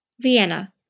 Vienna